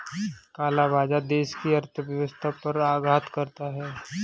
काला बाजार देश की अर्थव्यवस्था पर आघात करता है